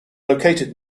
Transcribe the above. located